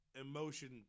emotion